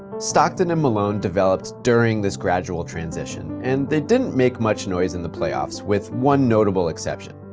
stockton and malone developed during this gradual transition and they didn't make much noise in the playoffs with one notable exception.